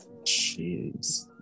Jeez